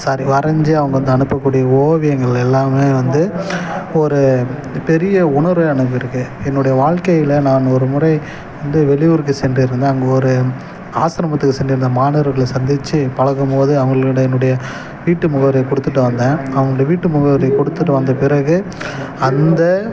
sorry வரைஞ்சு அவங்க வந்து அனுப்பக்கூடிய ஓவியங்கள் எல்லாமே வந்து ஓரு பெரிய உணர்வு எனக்கு இருக்குது என்னுடைய வாழ்க்கையில் நான் ஒரு முறை வந்து வெளியூருக்கு சென்றிருந்தேன் அங்கே ஒரு ஆசிரமத்துக்கு சென்றிருந்தேன் மாணவர்களை சந்திச்சு பழகும் போது அவங்களுடையினுடைய வீட்டு முகவரியை கொடுத்துட்டு வந்தேன் அவங்கள்ட வீட்டு முகவரியை கொடுத்துட்டு வந்த பிறகு அந்த